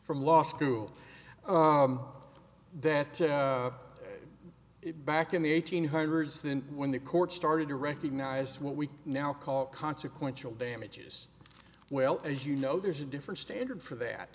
from law school that it back in the eighteen hundreds then when the courts started to recognize what we now call consequential damages well as you know there's a different standard for that